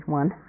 one